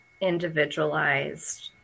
individualized